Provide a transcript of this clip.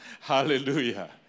Hallelujah